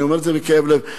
אני אומר את זה בכאב לב.